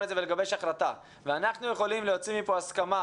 את זה ולגבש החלטה ואנחנו יכולים להוציא מפה הסכמה